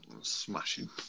Smashing